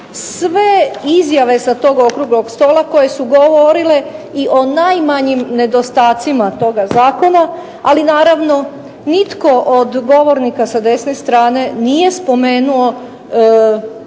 sve izjave sa tog okruglog stola koje su govorile i o najmanjim nedostatcima toga zakona, ali naravno nitko od govornika sa desne strane nije spomenuo